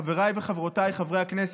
חבריי וחברותיי חברי הכנסת,